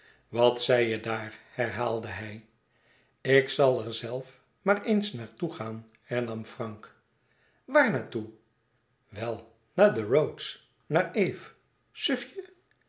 wat zei je daar herhaalde hij ik zal er zelf maar eens naar toe gaan hernam frank waar naar toe wel naar de rhodes naar eve